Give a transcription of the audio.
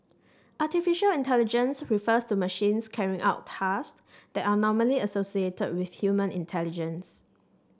artificial intelligence refers to machines carrying out tasks that are normally associated with human intelligence